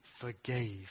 forgave